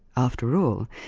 after all,